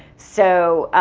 so,